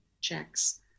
checks